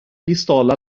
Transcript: pistola